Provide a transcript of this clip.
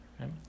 right